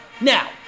Now